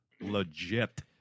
Legit